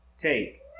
Take